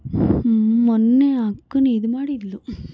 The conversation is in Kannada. ಹ್ಞೂ ಮೊನ್ನೆ ಅಕ್ಕನೂ ಇದು ಮಾಡಿದ್ಲು